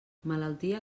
malaltia